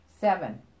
seven